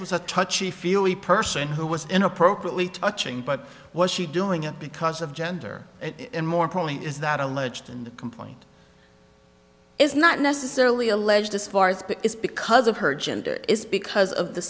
it was a touchy feely person who was in appropriately touching but was she doing it because of gender and more point is that alleged in the complaint is not necessarily alleged as far as is because of her gender is because of the